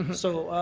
um so